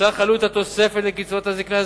סך עלות התוספת לקצבאות הזיקנה,